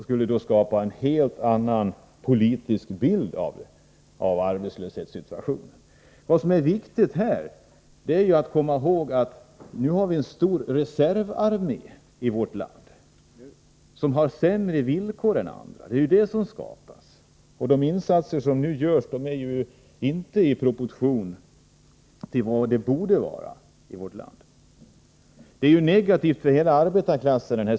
Vi skulle då få en helt annan politisk bild av arbetslöshetssituationen. Det är viktigt att komma ihåg att vi i vårt land har en stor reservarmé med sämre villkor än andra. De insatser som nu görs är inte i proportion till vad de borde vara. Den nuvarande situationen är negativ för hela arbetarklassen.